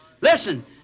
Listen